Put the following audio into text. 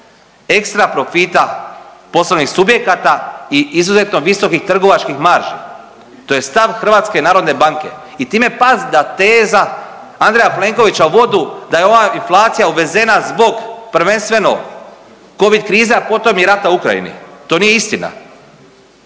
ekstra profita poslovnih subjekata i izuzetno visokih trgovačkih marži, to je stav HNB-a i time …/Govornik se ne razumije/… teza Andreja Plenkovića vodu da je ova inflacija uvezena zbog prvenstveno covid krize, a potom i rata u Ukrajini, to nije istina.